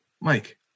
Mike